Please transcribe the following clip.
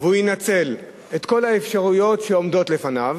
והוא ינצל את כל האפשרויות שעומדות לפניו,